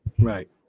right